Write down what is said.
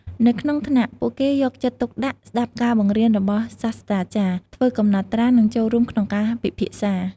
នៅក្នុងថ្នាក់ ពួកគេយកចិត្តទុកដាក់ស្ដាប់ការបង្រៀនរបស់សាស្រ្តាចារ្យ ធ្វើកំណត់ត្រា និងចូលរួមក្នុងការពិភាក្សា។